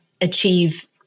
achieve